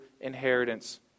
inheritance